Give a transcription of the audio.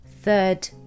third